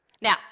Now